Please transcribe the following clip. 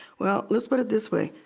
well, let's put it this way.